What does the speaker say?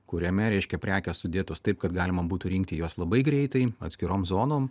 kuriame reiškia prekės sudėtos taip kad galima būtų rinkti juos labai greitai atskirom zonom